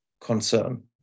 concern